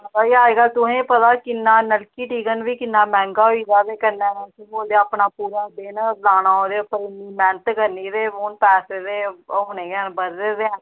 अज्जकल तुसेंगी पता नलकी टिकन किन्ना मैहंगा होई गेदा ते असें पूरा दिन लाना ओह्दे उप्पर ते मैह्नत लानी ते हून पैसे ते बधने गै न